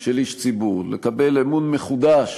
של איש ציבור: לקבל אמון מחודש,